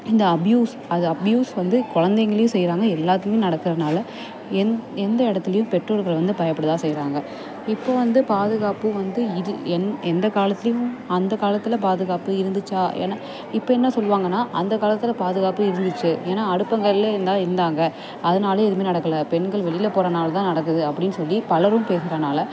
இந்த அப்யூஸ் இந்த அப்யூஸ் வந்து குழந்தைங்களையும் செய்யறாங்க எல்லாத்துலேயும் நடக்கிறதுனால எந் எந்த இடத்துலயும் பெற்றோர்கள் வந்து பயப்படதான் செய்கிறாங்க இப்போ வந்து பாதுகாப்பு வந்து இது எந் எந்த காலத்துலேயும் அந்த காலத்தில் பாதுகாப்பு இருந்துச்சா ஏன்னா இப்போ என்ன சொல்லுவாங்கன்னா அந்த காலத்தில் பாதுகாப்பு இருந்துச்சு ஏன்னா அடுப்பாங்கறையிலயே தான் இருந்தாங்க அதனால் எதுவுமே நடக்கலை பெண்கள் வெளியில் போகிறதுனால தான் நடக்குது அப்படின்னு சொல்லி பலரும் பேசுகிறனால